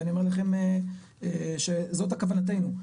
ואני אומר לכם שזאת כוונתנו.